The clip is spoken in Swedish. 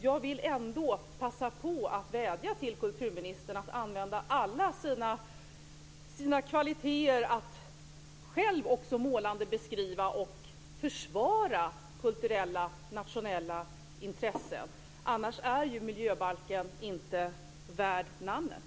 Jag vill ändå passa på att vädja till kulturministern att använda alla sina kvaliteter till att själv också målande beskriva och försvara kulturella nationella intressen. Annars är ju miljöbalken inte värd namnet.